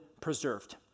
preserved